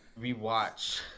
rewatch